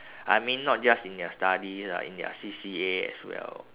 I mean not just in their studies ah in their C_C_A as well